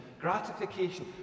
gratification